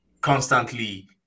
constantly